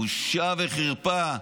בושה וחרפה.